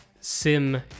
SIM